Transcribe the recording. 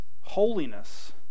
holiness